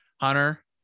hunter